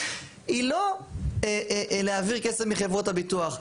היא לא להעביר כסף מחברות הביטוח.